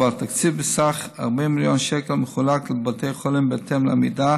4. תקציב בסך 40 מיליון שקל המחולק לבתי החולים בהתאם לעמידה